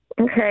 Okay